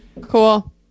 Cool